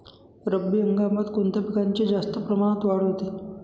रब्बी हंगामात कोणत्या पिकांची जास्त प्रमाणात वाढ होते?